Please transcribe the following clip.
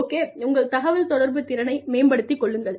okay உங்கள் தகவல்தொடர்பு திறனை மேம்படுத்திக் கொள்ளுங்கள்